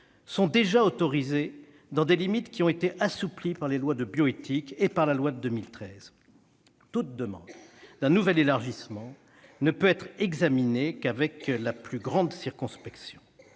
sont déjà autorisées dans des limites qui ont été assouplies par les lois de bioéthique et par la loi de 2013. Toute demande d'un nouvel élargissement ne peut être examinée qu'avec la plus grande circonspection.